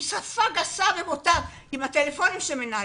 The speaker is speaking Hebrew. עם שפה גסה ובוטה בטלפונים שמנהלים: